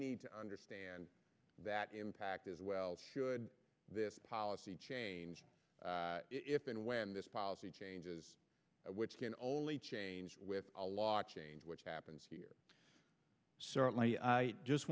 need to understand that impact as well should this policy change if and when this policy changes which can only change with a lot change which happens certainly i just